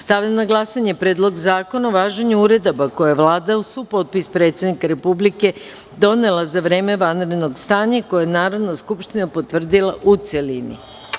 Stavljam na glasanje Predlog zakona o važenju uredaba koje je Vlada uz supotpis predsednika Republike donela za vreme vanrednog stanja i koje je Narodna skupština potvrdila, u celini.